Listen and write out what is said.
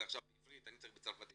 זה עכשיו בעברית ואני צריך צרפתית",